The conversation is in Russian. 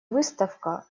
выставка